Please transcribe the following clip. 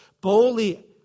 boldly